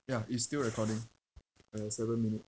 ya it's still recording uh seven minutes